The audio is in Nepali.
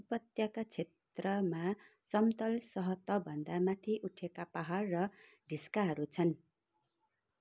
उपत्यका क्षेत्रमा समतल सतहभन्दा माथि उठेका पाहाड र ढिस्काहरू छन्